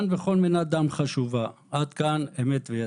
וכל מנת דם חשובה" עד כאן אמת ויציב.